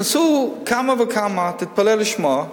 נכנסו כמה וכמה, תתפלא לשמוע,